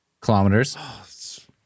kilometers